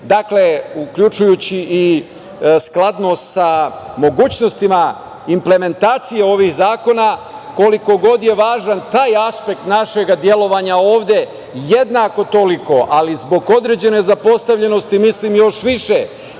drugih, uključujući i skladnost sa mogućnostima implementacije ovih zakona, koliko god je važan taj aspekt našeg delovanja ovde, jednako toliko, ali zbog određene zapostavljenosti mislim još više